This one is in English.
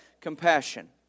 compassion